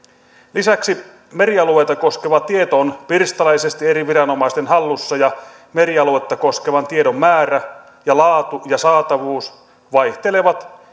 lisäksi merialueita koskeva tieto on pirstaleisesti eri viranomaisten hallussa ja merialuetta koskevan tiedon määrä ja laatu ja saatavuus vaihtelevat